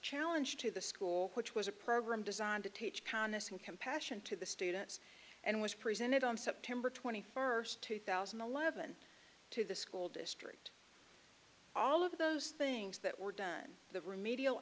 challenge to the school which was a program designed to teach conason compassion to the students and was presented on september twenty first two thousand and eleven to the school district all of those things that were done the remedial